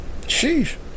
Sheesh